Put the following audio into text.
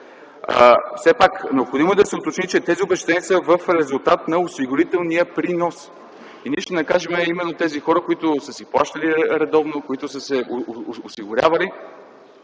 е там. Необходимо е да се уточни, че тези обезщетения са в резултат на осигурителния принос. Ние ще накажем именно онези, които са си плащали редовно, които са се осигурявали